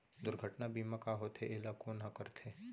दुर्घटना बीमा का होथे, एला कोन ह करथे?